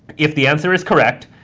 if the answer is correct,